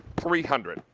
three hundred.